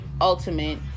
ultimate